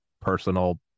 personal